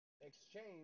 exchange